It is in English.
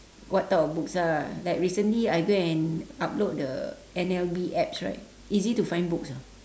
what type of books ah like recently I go and upload the N_L_B apps right easy to find books ah